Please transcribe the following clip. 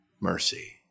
mercy